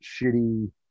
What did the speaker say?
shitty